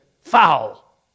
foul